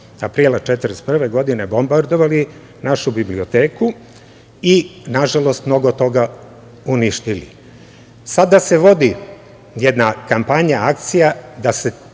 aprila 1941. godine bombardovali našu biblioteku i nažalost mnogo toga uništili. Sada se vodi jedna kampanja, akcija da se